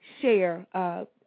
share